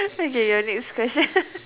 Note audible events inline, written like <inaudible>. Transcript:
next question <laughs>